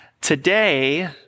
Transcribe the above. today